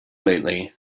lately